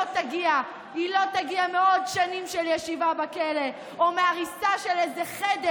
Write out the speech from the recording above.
היא לא תגיע מעוד שנים של ישיבה בכלא או מהריסה של איזה חדר